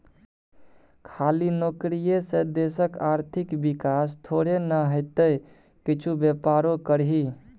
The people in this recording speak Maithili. खाली नौकरीये से देशक आर्थिक विकास थोड़े न हेतै किछु बेपारो करही